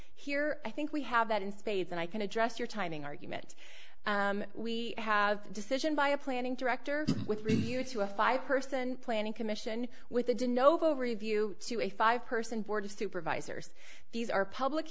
here i think we have that in spades and i can address your timing argument we have a decision by a planning director with you to a five person planning commission with a de novo review to a five person board of supervisors these are public